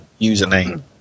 username